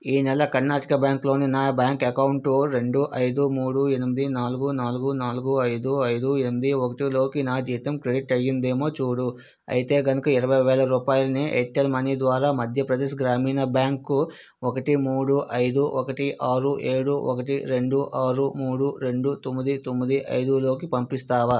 ఈ నెల కర్ణాటక బ్యాంక్ లోని నా బ్యాంక్ ఎకౌంటు రెండు ఐదు మూడు ఎనిమిది నాలుగు నాలుగు నాలుగు ఐదు ఐదు ఎనిమిది ఒకటిలోకి నా జీతం క్రెడిట్ అయ్యిందేమో చూడు అయితే గనుక ఇరవై వేల రూపాయిల్ని ఎయిర్టెల్ మనీ ద్వారా మధ్యప్రదేశ్ గ్రామీణ బ్యాంకు ఒకటి మూడు ఐదు ఒకటి ఆరు ఏడు ఒకటి రెండు ఆరు మూడు రెండు తొమ్మిది తొమ్మిది ఐదులోకి పంపిస్తావా